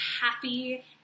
happy